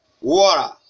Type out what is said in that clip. water